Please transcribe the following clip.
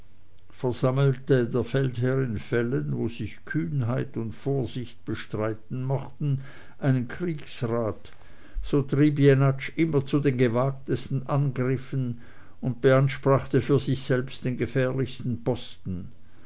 versammelte der feldherr in fällen wo sich kühnheit und vorsicht bestreiten mochten einen kriegsrat so trieb jenatsch immer zu den gewagtesten angriffen und beanspruchte für sich selbst den gefährlichsten posten